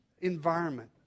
environment